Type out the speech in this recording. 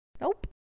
nope